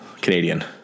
Canadian